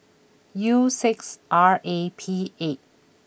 U six R A P eight